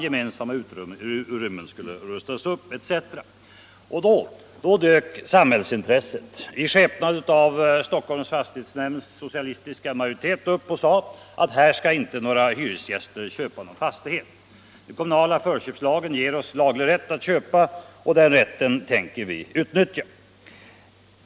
Gemensamma utrymmen skulle rustas upp etc. Då dök ”samhällsintresset” i skepnad av Stockholms fastighetsnämnds socialistiska majoritet upp och sade, att här skall inte några hyresgäster köpa någon fastighet. — Den kommunala förköpslagen ger oss laglig rätt att köpa, och den rätten tänker vi utnyttja.